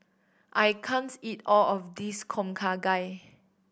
I can't eat all of this Tom Kha Gai